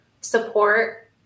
support